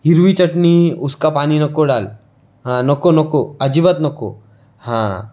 हिरवी चटनी उसका पानी नक्को डाल नक्को नक्को अजिबात नक्को हां